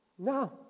No